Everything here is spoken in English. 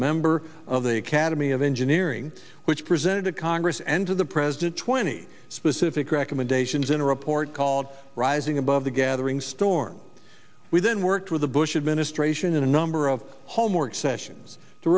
member of the academy of engineering which presented to congress and to the president twenty specific recommendations in a report called rising above the gathering storm we then worked with the bush administration in a number of homework sessions to